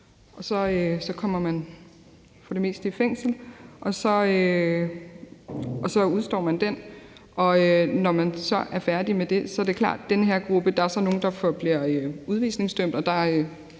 så kommer man for det meste i fængsel, og så afsoner man den, til man så er færdig med det. Så er det klart, at der i den her gruppe er nogle, der så bliver udvisningsdømte,